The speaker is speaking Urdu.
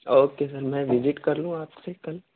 او کے سر میں وزٹ کر لوں آپ سے کل